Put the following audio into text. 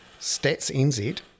StatsNZ